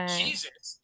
jesus